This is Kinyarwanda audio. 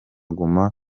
guma